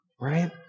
right